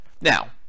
Now